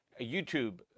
YouTube